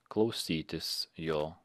klausytis jo